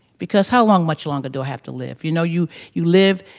because how long much longer do i have to live? you know, you you live,